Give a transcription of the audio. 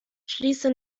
schließe